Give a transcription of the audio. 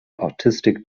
artistic